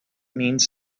means